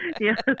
yes